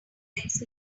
next